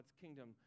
kingdom